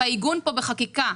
העיגון כאן בחקיקה,